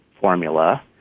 formula